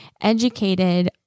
educated